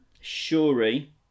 Shuri